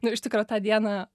nu iš tikro tą dieną